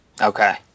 Okay